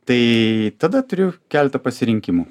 tai tada turiu keletą pasirinkimų